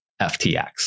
FTX